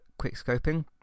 quickscoping